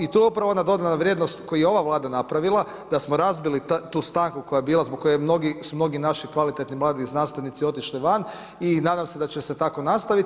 I to je upravo ona dodana vrijednost koju je ova Vlada napravila, da smo napravili tu stanku koja je bila zbog koje su mnogi naši kvalitetni mladi znanstvenici otišli van i nadam se da će tako nastaviti.